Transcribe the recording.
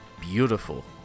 beautiful